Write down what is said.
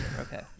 Okay